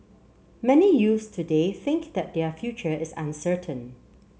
many youths today think that their future is uncertain